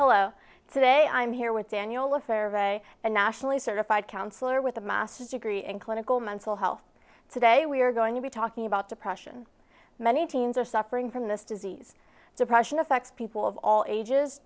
be today i'm here with daniel affair by a nationally certified counselor with a master's degree in clinical mental health today we are going to be talking about depression many teens are suffering from this disease depression affects people of all ages